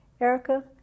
Erica